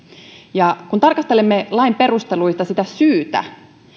ja kun tarkastelemme lain perusteluista sitä syytä